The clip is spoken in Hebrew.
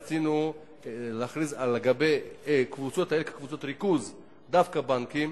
רצינו להכריז לגבי קבוצות ריכוז דווקא על בנקים